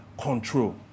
Control